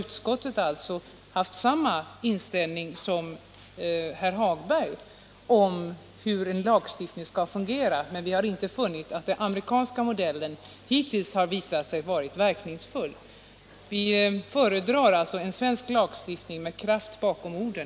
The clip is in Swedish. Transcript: Utskottet har alltså haft samma inställning som herr Hagberg till hur en lagstiftning skall fungera, men vi har inte funnit att den amerikanska modellen hittills visat sig vara verkningsfull. Vi föredrar en svensk lagstiftning med kraft bakom orden.